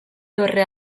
dorre